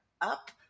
up